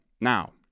Now